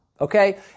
okay